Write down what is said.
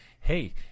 hey